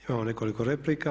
Imamo nekoliko replika.